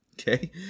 Okay